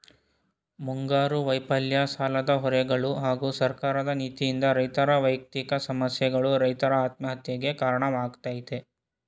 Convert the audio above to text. ಮುಂಗಾರು ವೈಫಲ್ಯ ಸಾಲದ ಹೊರೆಗಳು ಹಾಗೂ ಸರ್ಕಾರದ ನೀತಿಯಿಂದ ರೈತರ ವ್ಯಯಕ್ತಿಕ ಸಮಸ್ಯೆಗಳು ರೈತರ ಆತ್ಮಹತ್ಯೆಗೆ ಕಾರಣವಾಗಯ್ತೆ